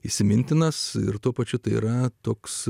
įsimintinas ir tuo pačiu tai yra toks